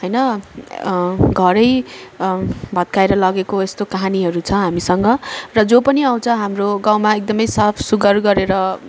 होइन घर भत्काएर लगेको यस्तो कहानीहरू छ हामीसँग र जो पनि आउँछ हाम्रो गाउँमा एकदम साफ सुग्घर गरेर